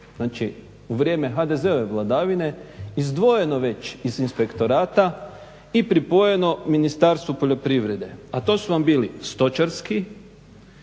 znači u vrijeme HDZ-ove vladavine izdvojeno već iz inspektorata i pripojeno Ministarstvu poljoprivrede, a to su vam bili stočarski,